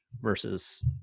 versus